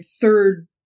third